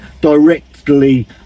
directly